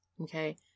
okay